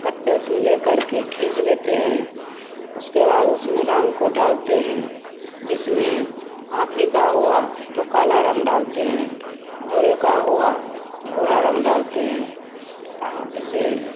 कटपेलसीन ले करके खिच लेते हें उसके बाद उसमें रंग को डालते हें जिसमें का हुआ तो काला रंग डालते हें घोड़े का हुआ तो घोडा रंग डालते हें आ जैसे